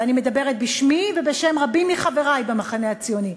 ואני מדברת בשמי ובשם רבים מחברי במחנה הציוני,